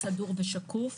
סגור ושקוף.